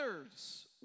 Others